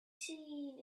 seen